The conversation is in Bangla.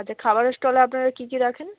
আচ্ছা খাবারের স্টলে আপনারা কী কী রাখেন